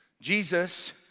Jesus